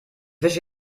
wische